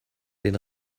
den